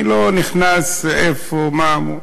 אני לא נכנס איפה ומה,